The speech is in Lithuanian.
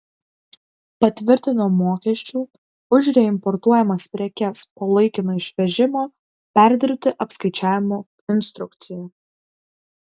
patvirtino mokesčių už reimportuojamas prekes po laikino išvežimo perdirbti apskaičiavimo instrukciją